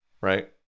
right